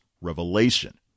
Revelation